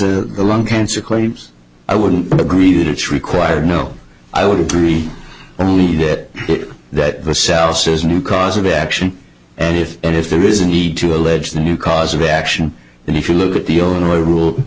this the lung cancer claims i would agree that it's required no i would agree only that that cell says new cause of action and if and if there is a need to allege the new cause of action and if you look at the illinois rule